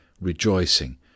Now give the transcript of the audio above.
rejoicing